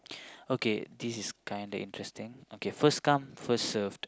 okay this is kind of interesting okay first come first served